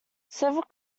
several